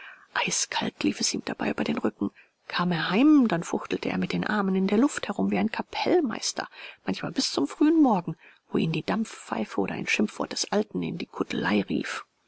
eiskalt lief es ihm dabei über den rücken kam er heim dann fuchtelte er mit den armen in der luft herum wie ein kapellmeister manchmal bis zum frühen morgen wo ihn die dampfpfeife oder ein schimpfwort des alten in die kuttelei rief